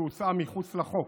שהוצאה מחוץ לחוק.